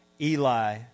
Eli